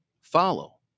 follow